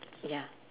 ya